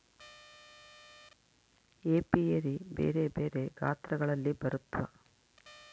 apiary ಬೆರೆ ಬೆರೆ ಗಾತ್ರಗಳಲ್ಲಿ ಬರುತ್ವ